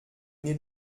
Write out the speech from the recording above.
n’est